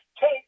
take